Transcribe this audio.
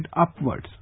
upwards